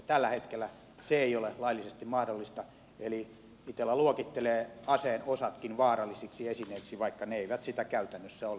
tällä hetkellä se ei ole laillisesti mahdollista eli itella luokittelee aseen osatkin vaarallisiksi esineiksi vaikka ne eivät sellaisia käytännössä ole